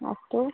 अस्तु